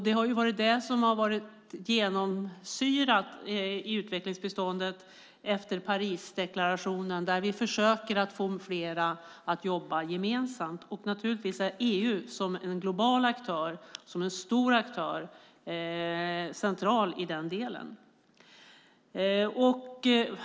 Det har genomsyrat utvecklingsbiståndet efter Parisdeklarationen, där vi försöker att få flera att jobba gemensamt. Naturligtvis är EU som en global, stor aktör central i den delen.